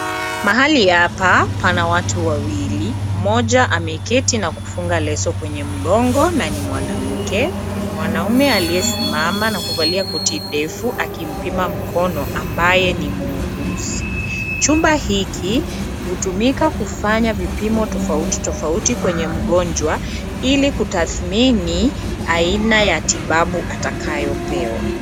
Mahali hapa pana watu wawili mmoja ameketi na kufunga leso kwenye mgongo na ni mwanamke ,mwanaume aliyesimama na kuvalia koti ndefu akimpima mkono ambaye ni muuguzi ,chumba hiki hutumika kufanya vipimo tofauti tofauti kwenye mgonjwa ili kutathmini aina ya tibabu atakayopewa.